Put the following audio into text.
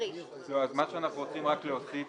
אנחנו רק רוצים להוסיף